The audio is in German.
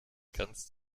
kannst